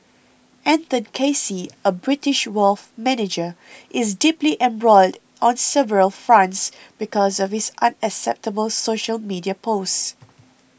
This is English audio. Anton Casey a British wealth manager is deeply embroiled on several fronts because of his unacceptable social media posts